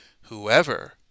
whoever